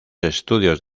estudios